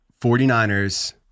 49ers